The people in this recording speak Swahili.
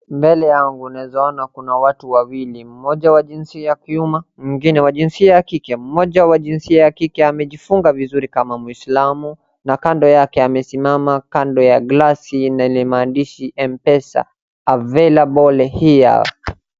Mbele yangu naeza ona kuna watu wawili. Mmoja wa jinsia ya kiume mwingine wa jinsia ya kike. Mmoja wa jinsia ya kike amejifunga vizuri kama mwisilamu na kando yake amesimama kando ya glasi yenye maandishi mpesa available here .